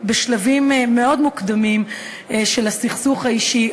בשלבים מאוד מוקדמים של הסכסוך האישי,